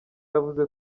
yavuze